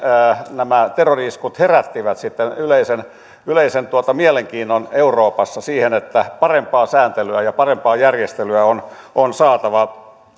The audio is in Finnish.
nämä terrori iskut herättivät sitten yleisen yleisen mielenkiinnon euroopassa siihen että parempaa sääntelyä ja parempaa järjestelyä on on saatava